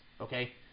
okay